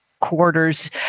quarters